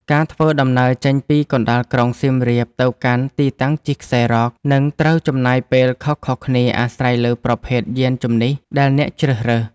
ការធ្វើដំណើរចេញពីកណ្ដាលក្រុងសៀមរាបទៅកាន់ទីតាំងជិះខ្សែរ៉ក នឹងត្រូវចំណាយពេលខុសៗគ្នាអាស្រ័យលើប្រភេទយានជំនិះដែលអ្នកជ្រើសរើស។